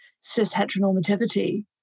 cis-heteronormativity